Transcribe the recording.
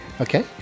Okay